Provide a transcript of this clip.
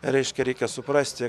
reiškia reikia suprasti